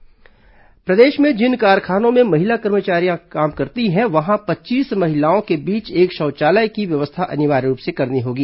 कारखाना अधिनियम संशोधन प्रदेश में जिन कारखानों में महिला कर्मचारी काम करती हैं वहां पच्चीस महिलाओं के बीच एक शौचालय की व्यवस्था अनिवार्य रूप से करनी होगी